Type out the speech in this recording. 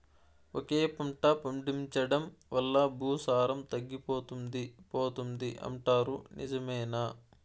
ఒకే పంట పండించడం వల్ల భూసారం తగ్గిపోతుంది పోతుంది అంటారు నిజమేనా